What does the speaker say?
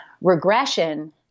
regression